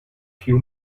few